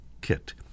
kit